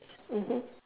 mmhmm